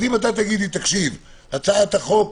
אם תאמר לי: הצעת החוק,